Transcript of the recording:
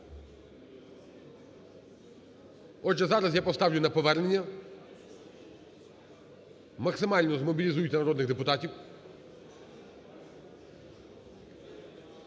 Отже, зараз я поставлю на повернення. Максимально змобілізуйте народних депутатів.